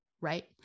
right